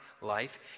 life